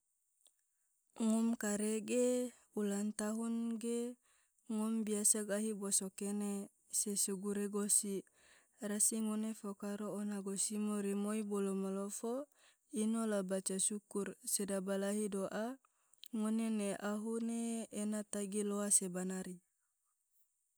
ngom kare ge ulang tahun ge ngom biasa gahi boso kene sesugure gosi, rasi ngone fokaro ona gosi moi rimoi bolo malofo ino la baca syukur sedaba lahi do'a ngone ne ahu ne ena tagi loa sebanari.